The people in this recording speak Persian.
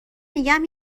میگم